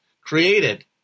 created